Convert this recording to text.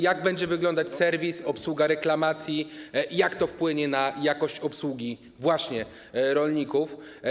Jak będzie wyglądać serwis, obsługa reklamacji i jak to wpłynie na jakość obsługi właśnie rolników?